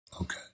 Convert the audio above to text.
Okay